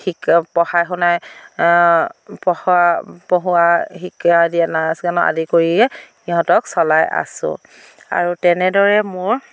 শিকা পঢ়াই শুনাই পঢ়া পঢ়োৱা শিকা আদি নাচ গানক আদি কৰিয়ে সিহঁতক চলাই আছোঁ আৰু তেনেদৰে মোৰ